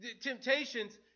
Temptations